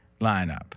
lineup